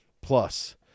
plus